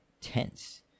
tense